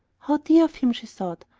how dear of him! she thought,